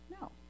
no